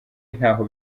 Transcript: ntaho